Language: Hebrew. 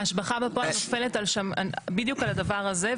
ההשבחה בפועל נופלת בדיוק על הדבר הזה,